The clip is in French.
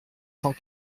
cent